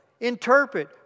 interpret